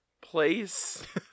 place